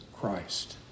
Christ